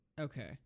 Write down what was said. Okay